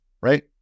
right